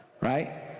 right